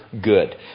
good